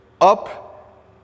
Up